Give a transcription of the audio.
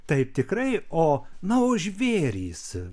taip tikrai o na o žvėrys